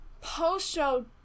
Post-show